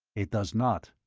it does not.